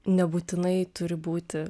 nebūtinai turi būti